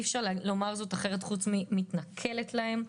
האוניברסיטה לצערי אי אפשר לומר זאת אחרת פרט לכך שהיא מתנכלת להם.